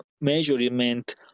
measurement